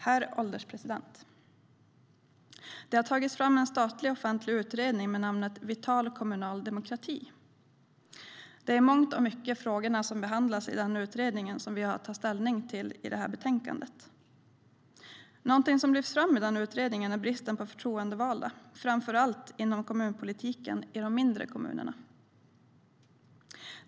Herr ålderspresident! Det har tagits fram en statlig offentlig utredning med namnet Vital kommunal demokrati . Det är i mångt och mycket frågorna som har behandlats i den utredningen som vi har att ta ställning till i det här betänkandet. Något som lyfts fram i utredningen är bristen på förtroendevalda, framför allt inom kommunpolitiken i de mindre kommunerna.